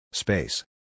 Space